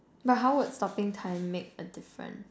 but how would stopping time make a difference